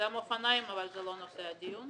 גם אופניים אבל זה לא נושא הדיון.